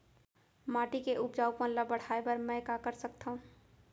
माटी के उपजाऊपन ल बढ़ाय बर मैं का कर सकथव?